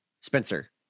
Spencer